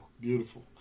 Beautiful